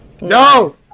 No